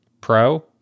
pro